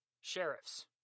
sheriffs